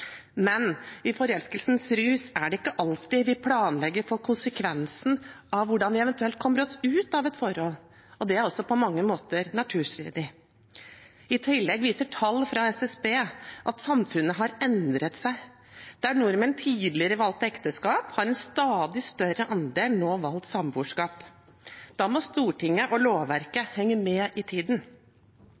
Men i forelskelsens rus er det ikke alltid vi planlegger for konsekvensen av hvordan vi eventuelt kommer oss ut av et forhold – det er også på mange måter naturstridig. I tillegg viser tall fra SSB at samfunnet har endret seg. Der nordmenn tidligere valgte ekteskap, har en stadig større andel nå valgt samboerskap. Da må Stortinget og lovverket henge med i tiden.